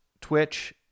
twitch